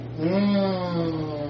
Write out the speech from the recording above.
Mmm